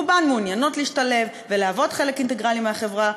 רובן מעוניינות להשתלב ולהוות חלק אינטגרלי של החברה.